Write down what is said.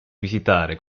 visitare